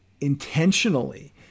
intentionally